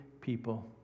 people